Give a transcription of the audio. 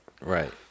Right